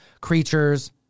Creatures